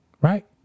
Right